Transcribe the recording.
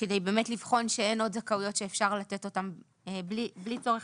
כדי לבחון שאין עוד זכאויות שאפשר לתת אותן בלי צורך